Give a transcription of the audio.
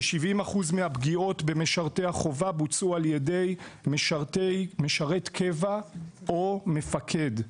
כ-70% מהפגיעות במשרתי החובה בוצעו על ידי משרת קבע או מפקד.